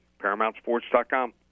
ParamountSports.com